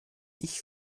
ich